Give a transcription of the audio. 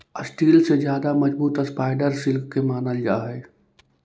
steel से भी ज्यादा मजबूत स्पाइडर सिल्क के मानल जा हई